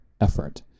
effort